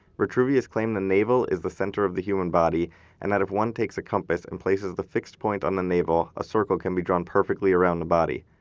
vitruvius claimed the navel is the center of the human body and that if one takes a compass and places the fixed point on the navel, a circle can be drawn perfectly around the body.